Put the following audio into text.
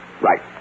Right